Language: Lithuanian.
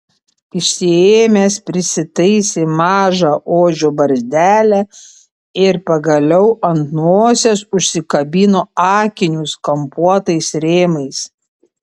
išsiėmęs prisitaisė mažą ožio barzdelę ir pagaliau ant nosies užsikabino akinius kampuotais rėmais